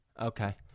Okay